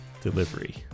delivery